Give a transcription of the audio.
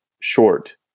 short